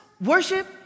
worship